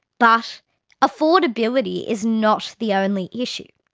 but affordability is not the only issue.